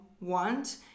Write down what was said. want